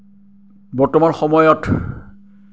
বৰ্তমান সময়ত